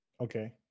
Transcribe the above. Okay